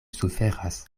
suferas